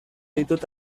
ditut